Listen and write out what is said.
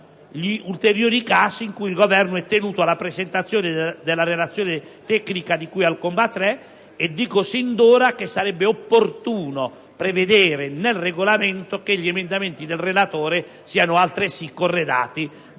gli ulteriori casi in cui il Governo è tenuto alla presentazione della relazione tecnica di cui al comma 3». Dico sin d'ora che sarebbe opportuno prevedere nel Regolamento che gli emendamenti del relatore siano altresì corredati